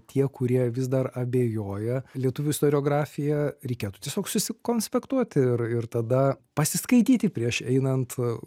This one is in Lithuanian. tie kurie vis dar abejoja lietuvių istoriografija reikėtų tiesiog susikonspektuoti ir ir tada pasiskaityti prieš einant